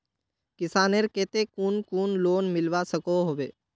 किसानेर केते कुन कुन लोन मिलवा सकोहो होबे?